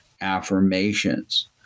affirmations